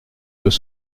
deux